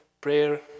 prayer